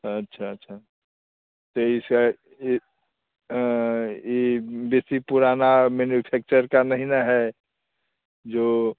अच्छा अच्छा तो इस यह यह बेशी पुराना मेनुफेक्चर का नहीं ना है जो